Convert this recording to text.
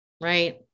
Right